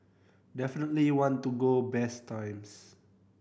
definitely want to go best times